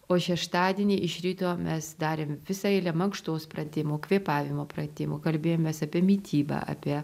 o šeštadienį iš ryto mes darėm visą eilę mankštos pratimų kvėpavimo pratimų kalbėjomės apie mitybą apie